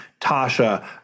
Tasha